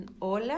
hola